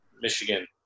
Michigan